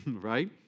Right